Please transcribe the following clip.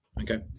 Okay